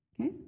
Okay